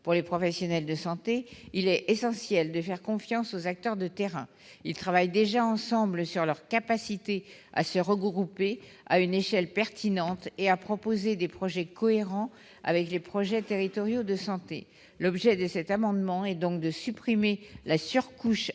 pour les professionnels de santé, il est essentiel de faire confiance aux acteurs de terrain. Ces derniers travaillent déjà ensemble sur leur capacité à se regrouper à une échelle pertinente et à proposer des projets cohérents avec les projets territoriaux de santé. Cet amendement a donc pour objet de supprimer la surcouche administrative